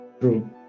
True